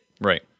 Right